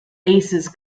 aces